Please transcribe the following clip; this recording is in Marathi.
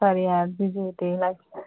सॉरी यार बिजी होते